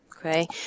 Okay